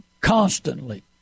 constantly